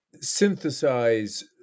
synthesize